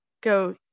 go